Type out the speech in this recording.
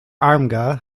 armagh